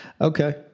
Okay